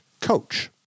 coach